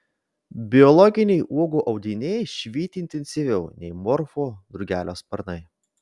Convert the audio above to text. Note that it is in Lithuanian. biologiniai uogų audiniai švyti intensyviau nei morfo drugelio sparnai